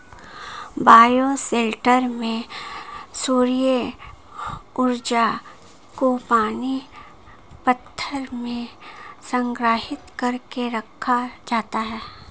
bioshelter में सौर्य ऊर्जा को पानी पत्थर में संग्रहित कर के रखा जाता है